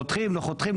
חותכים, לא חותכים.